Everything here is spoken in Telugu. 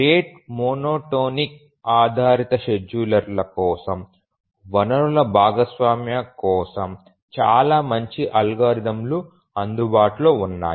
రేటు మోనోటోనిక్ ఆధారిత షెడ్యూలర్ల కోసం వనరుల భాగస్వామ్యం కోసం చాలా మంచి అల్గోరిథంలు అందుబాటులో ఉన్నాయి